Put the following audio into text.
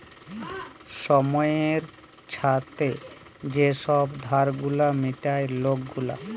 ছময়ের ছাথে যে ছব ধার গুলা মিটায় লক গুলা